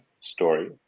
story